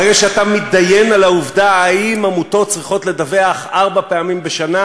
ברגע שאתה מתדיין על העובדה אם עמותות צריכות לדווח ארבע פעמים בשנה,